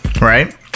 right